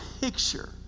picture